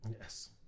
yes